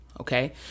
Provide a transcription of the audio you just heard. Okay